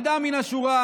אדם מן השורה,